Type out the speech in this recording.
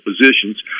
positions